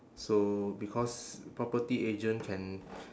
so because property agent can